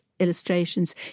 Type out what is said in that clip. Illustrations